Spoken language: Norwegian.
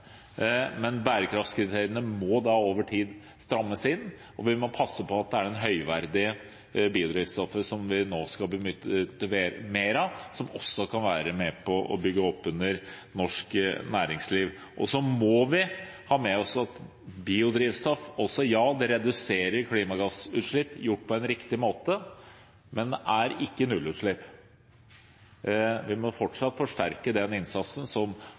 men bærekraftskriteriene må da over tid strammes inn, og vi må passe på at det er det høyverdige biodrivstoffet som vi nå skal bruke mer av, som også kan være med på å bygge oppunder norsk næringsliv. Vi må også ha med oss at biodrivstoff reduserer klimagassutslipp hvis det er gjort på en riktig måte, men det gir ikke nullutslipp. Vi må fortsatt forsterke innsatsen som